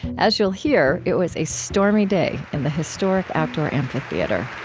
as you'll hear, it was a stormy day in the historic outdoor amphitheater